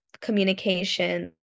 communication